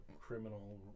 criminal